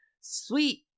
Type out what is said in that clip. Sweet